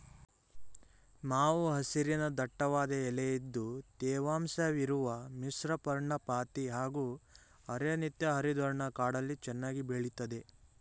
ಮಾವು ಹಸಿರಿನ ದಟ್ಟವಾದ ಎಲೆ ಇದ್ದು ತೇವಾಂಶವಿರುವ ಮಿಶ್ರಪರ್ಣಪಾತಿ ಹಾಗೂ ಅರೆ ನಿತ್ಯಹರಿದ್ವರ್ಣ ಕಾಡಲ್ಲಿ ಚೆನ್ನಾಗಿ ಬೆಳಿತದೆ